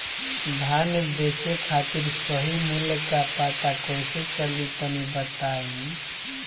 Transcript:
धान बेचे खातिर सही मूल्य का पता कैसे चली तनी बताई?